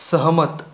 सहमत